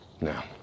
Now